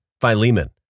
Philemon